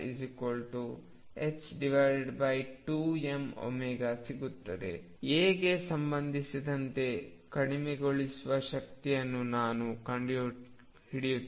a ಗೆ ಸಂಬಂಧಿಸಿದಂತೆ ಕಡಿಮೆಗೊಳಿಸುವ ಶಕ್ತಿಯನ್ನು ನಾವು ಕಂಡುಕೊಂಡಿದ್ದೇವೆ